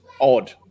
odd